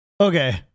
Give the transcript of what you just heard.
Okay